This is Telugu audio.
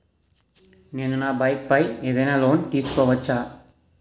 నేను నా బైక్ పై ఏదైనా లోన్ తీసుకోవచ్చా?